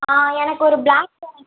ஆ எனக்கு ஒரு block current